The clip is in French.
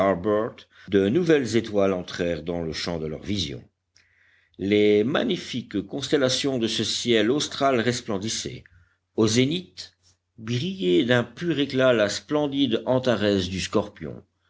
de nouvelles étoiles entrèrent dans le champ de leur vision les magnifiques constellations de ce ciel austral resplendissaient au zénith brillaient d'un pur éclat la splendide antarès du scorpion